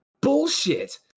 bullshit